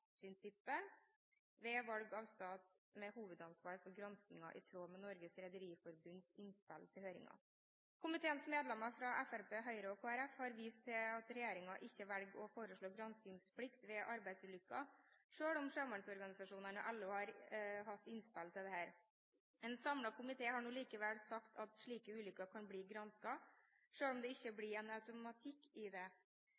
ved valg av stat med hovedansvar for granskingen, i tråd med Norges Rederiforbunds innspill til høringen. Komiteens medlemmer fra Fremskrittspartiet, Høyre og Kristelig Folkeparti har vist til at regjeringen ikke velger å foreslå granskingsplikt ved arbeidsulykker, selv om sjømannsorganisasjonene og LO har hatt innspill om dette. En samlet komité har likevel sagt at slike ulykker kan bli gransket, selv om det ikke